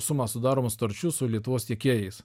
sumą sudaroma sutarčių su lietuvos tiekėjais